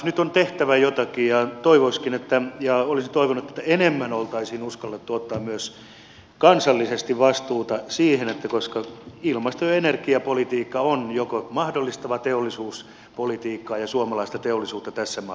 nyt on tehtävä jotakin ja toivoisinkin ja olisin toivonut että enemmän oltaisiin uskallettu ottaa myös kansallisesti vastuuta koska ilmasto ja energiapolitiikka joko mahdollistaa teollisuuspolitiikkaa ja suomalaista teollisuutta tässä maassa tahi ei